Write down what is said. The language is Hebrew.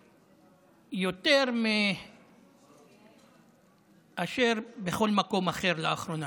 יותר מאשר בכל מקום אחר לאחרונה.